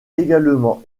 également